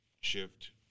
shift